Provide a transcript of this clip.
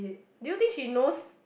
do you think she knows